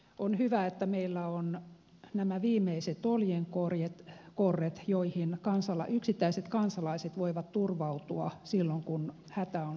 on hyvä että meillä on nämä viimeiset oljenkorret joihin yksittäiset kansalaiset voivat turvautua silloin kun hätä on suuri